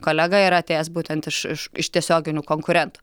kolega yra atėjęs būtent iš iš iš tiesioginių konkurentų